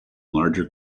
larger